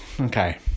Okay